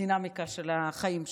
בדינמיקה של החיים שלנו.